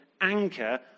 anchor